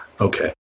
Okay